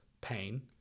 pain